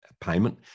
payment